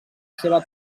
seva